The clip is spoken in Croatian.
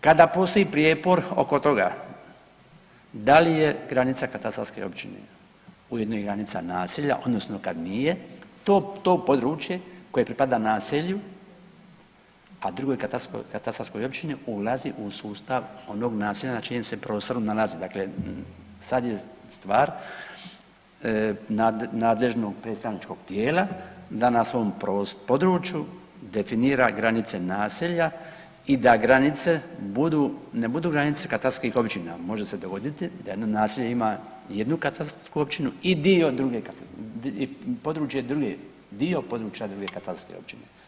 Kada postoji prijepor oko toga da li je granica katastarske općine ujedno i granica naselja, odnosno kad nije, to područje koje pripada naselju, a drugoj katastarskoj općini, ulazi u sustav onog naselja na čijem se prostoru nalazi, dakle, sad je stvar nadležnog predstavničkog tijela da na svom području definira granice naselja i da granice budu, ne budu granice katastarskih općina, može se dogoditi da jedno naselje ima jednu katastarsku općinu i dio druge .../nerazumljivo/... i područje druge, dio područja druge katastarske općine.